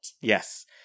Yes